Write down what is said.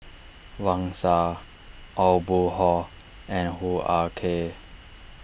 Wang Sha Aw Boon Haw and Hoo Ah Kay